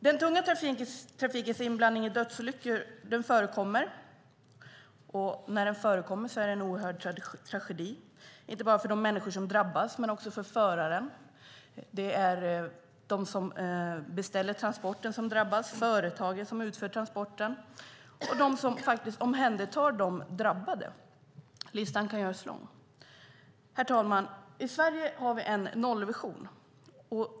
Den tunga trafiken är inblandad i dödsolyckor som när de förekommer är en oerhörd tragedi, inte bara för de människor som drabbas utan också för föraren, för dem som beställer transporten, för företaget som utför transporten och för dem som omhändertar de drabbade. Listan kan göras lång. Herr talman! I Sverige har vi en nollvision.